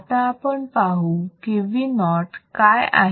आता आपण पाहू की Vo काय आहे